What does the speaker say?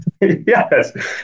yes